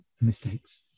mistakes